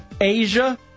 Asia